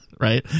Right